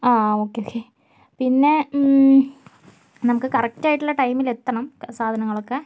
ആ okay okay പിന്നെ നമുക്ക് കറക്റ്റ് ആയിട്ടുള്ള ടൈമില് എത്തണം സാധനങ്ങളൊക്കെ